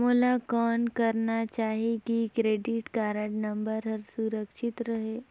मोला कौन करना चाही की क्रेडिट कारड नम्बर हर सुरक्षित रहे?